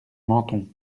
menthon